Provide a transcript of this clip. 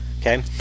okay